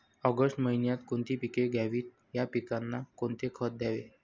August महिन्यात कोणती पिके घ्यावीत? या पिकांना कोणते खत द्यावे?